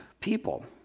people